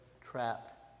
trap